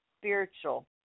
spiritual